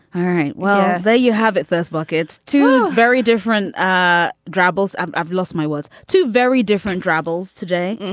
all right. well there you have it first buckets. two very different ah dribbles. um i've lost my was two very different dribbles today.